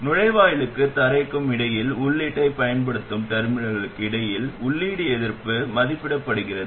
நுழைவாயிலுக்கும் தரைக்கும் இடையில் உள்ளீட்டைப் பயன்படுத்தும் டெர்மினல்களுக்கு இடையில் உள்ளீட்டு எதிர்ப்பு மதிப்பிடப்படுகிறது